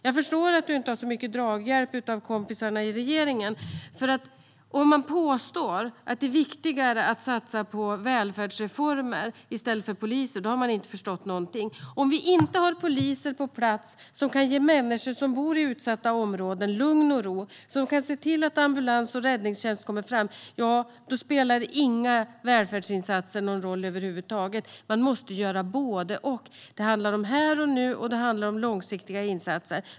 Jag förstår att inrikesministern inte har så mycket draghjälp av kompisarna i regeringen, för om man påstår att det är viktigare att satsa på välfärdsreformer i stället för poliser har man inte förstått någonting. Om vi inte har poliser på plats som kan ge människor som bor i utsatta områden lugn och ro, som kan se till att ambulans och räddningstjänst kommer fram, ja, då spelar inga välfärdsinsatser någon roll över huvud taget. Man måste göra både och. Det handlar om här och nu, och det handlar om långsiktiga insatser.